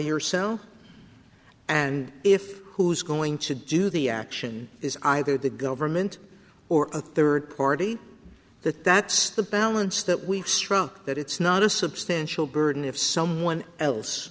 yourself and if who's going to do the action is either the government or a third party that that's the balance that we've struck that it's not a substantial burden if someone else